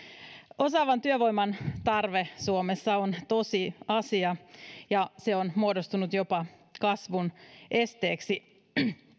osaavan työvoiman tarve suomessa on tosiasia ja se on muodostunut jopa kasvun esteeksi